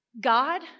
God